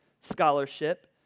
scholarship